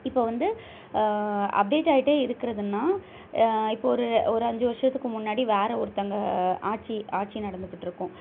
இப்போ வந்து அப்டேட் ஆகிட்டே இருக்கிறதுன்னா இப்போ ஒரு ஒரு அஞ்சு வருஷத்துக்கு முன்னாடி வேற ஒருத்தவங்க ஆட்சி ஆட்சி நடந்துக்கிட்டிருக்கும்